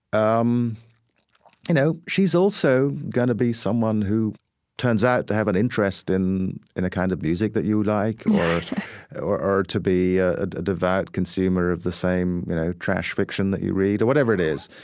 um you know, she's also going to be someone who turns out to have an interest in in a kind of music that you like or or to be ah a devout consumer of the same, you know, trash fiction that you read or whatever it is.